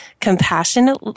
Compassionate